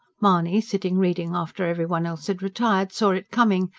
mahony, sitting reading after everyone else had retired, saw it coming,